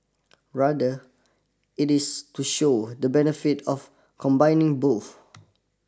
rather it is to show the benefit of combining both